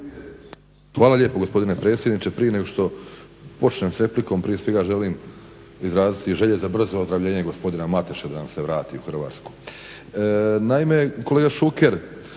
Hvala lijepo gospodine predsjedniče. Prije nego što počnem s replikom prije svega želim izraziti želje za brzo ozdravljenje gospodina Mateše da nam se vrati u Hrvatsku. Naime kolega Šuker,